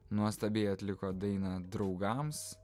nuostabiai atliko dainą draugams